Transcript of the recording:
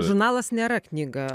žurnalas nėra knyga